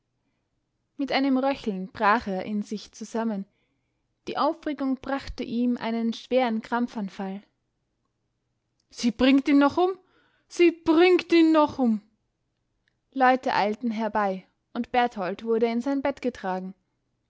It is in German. mit einem röcheln brach er in sich zusammen die aufregung brachte ihm einen schweren krampfanfall sie bringt ihn noch um sie bringt ihn noch um leute eilten herbei und berthold wurde in sein bett getragen